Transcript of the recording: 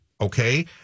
Okay